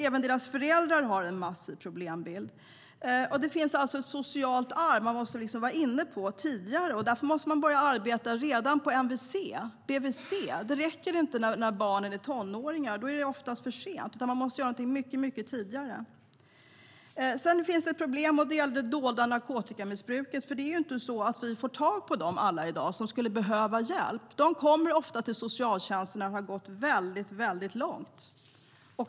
Även deras föräldrar har en massiv problembild. Det finns alltså ett socialt arv, vilket man måste vara inne på tidigare. Man måste börja arbeta redan på mvc och bvc. Det räcker inte när barnen har blivit tonåringar. Då är det oftast för sent. Man måste göra något mycket tidigare. Det finns också ett problem när det gäller det dolda narkotikamissbruket. I dag får vi nämligen inte tag på alla som skulle behöva hjälp. De kommer ofta till socialtjänsten när det har gått väldigt långt.